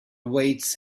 awaits